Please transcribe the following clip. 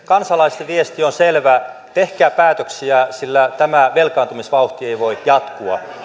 kansalaisten viesti on selvä tehkää päätöksiä sillä tämä velkaantumisvauhti ei voi jatkua